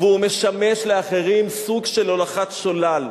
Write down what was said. והוא משמש לאחרים סוג של הולכת שולל.